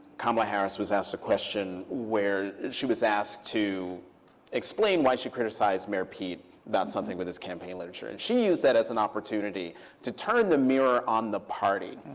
kamala harris was asked the question where she was asked to explain why she criticized mayor pete about something with his campaign literature. and she used that as an opportunity to turn the mirror on the party.